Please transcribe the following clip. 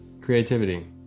creativity